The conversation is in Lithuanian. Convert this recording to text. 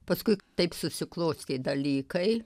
paskui taip susiklostė dalykai